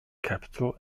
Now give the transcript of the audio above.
capital